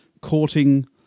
courting